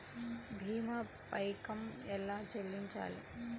భీమా పైకం ఎలా చెల్లించాలి?